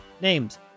names